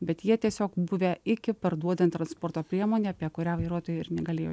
bet jie tiesiog buvę iki parduodant transporto priemonę apie kurią vairuotoja ir negalėjo